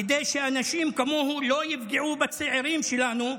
כדי שאנשים כמוהו לא יפגעו בצעירים שלנו,